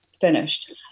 finished